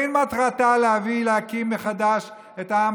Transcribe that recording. אין מטרתה להביא ולהקים מחדש את העם